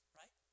right